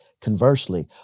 Conversely